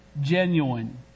genuine